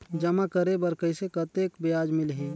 जमा करे बर कइसे कतेक ब्याज मिलही?